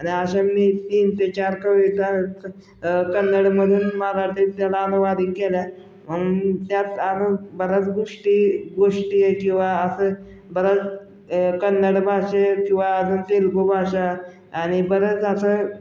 आणि अशा मी तीन ते चार कविता कन्नडमधून मराठीत त्यानं अनुवादीत केल्या म्हणून त्यात अजून बऱ्याच गोष्टी गोष्टी किंवा असं बऱ्याच कन्नड भाषेत किंवा अजून तेलगू भाषा आणि बरंच असं